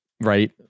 right